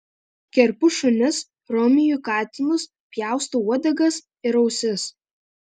kerpu šunis romiju katinus pjaustau uodegas ir ausis